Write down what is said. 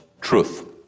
truth